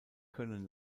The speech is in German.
können